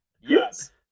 Yes